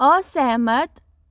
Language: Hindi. असहमत